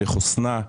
לחוסנה,